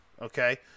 okay